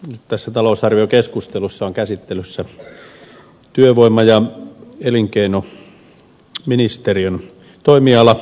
nyt tässä talousarviokeskustelussa on käsittelyssä työvoima ja elinkeinoministeriön toimiala